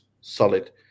solid